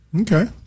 Okay